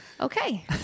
Okay